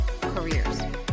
careers